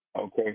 Okay